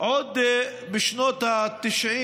עוד בשנות ה-90,